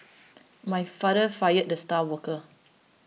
my father fired the star worker